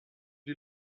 die